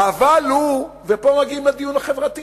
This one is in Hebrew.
ה"אבל" הוא, ופה מגיעים לדיון החברתי